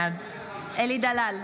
בעד אלי דלל,